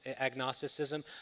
agnosticism